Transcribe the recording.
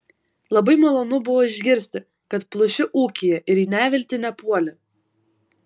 labai malonu buvo išgirsti kad pluši ūkyje ir į neviltį nepuoli